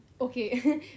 Okay